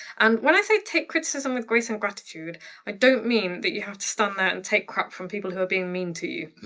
and when i say take criticism with grace and gratitude i don't mean that you have to stand there and take crap from people who are being mean to you.